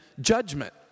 judgment